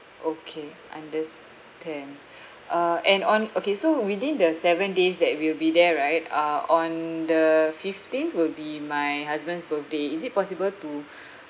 okay understand uh and on okay so within the seven days that we will be there right uh on the fifteenth will be my husband's birthday is it possible to